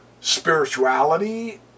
spirituality